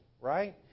right